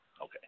okay